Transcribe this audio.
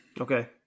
Okay